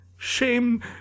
Shame